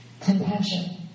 compassion